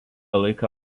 laiką